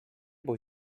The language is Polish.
bój